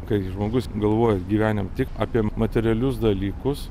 kai žmogus galvoja gyvenime tik apie materialius dalykus